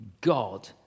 God